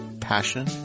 passion